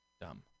dumb